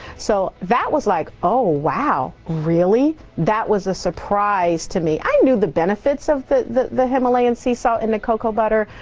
so that was like oh wow really. that was a surprise to me. i knew the benefits of the the himalayan sea salt and the cocoa butter.